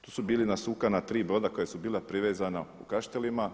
To su bili nasukana tri broda koja su bila privezana u Kaštelima.